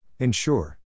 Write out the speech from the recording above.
Ensure